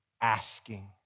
asking